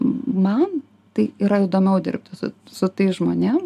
man tai yra įdomiau dirbti su tais žmonėm